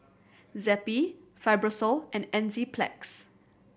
Zappy Fibrosol and Enzyplex